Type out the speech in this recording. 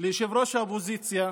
לראש האופוזיציה